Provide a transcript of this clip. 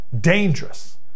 dangerous